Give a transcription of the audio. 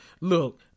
Look